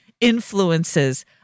influences